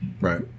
right